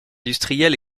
industriels